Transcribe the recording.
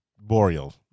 Boreal